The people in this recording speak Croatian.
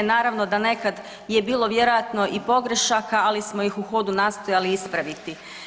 Naravno da nekad je bilo vjerojatno i pogrešaka ali smo ih u hodu nastojali ispraviti.